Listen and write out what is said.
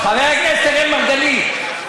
חבר הכנסת אראל מרגלית,